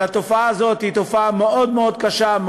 אבל התופעה הזאת היא תופעה מאוד מאוד קשה,